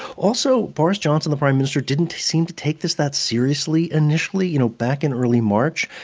also, boris johnson, the prime minister, didn't seem to take this that seriously initially. you know, back in early march,